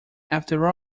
after